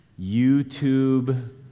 YouTube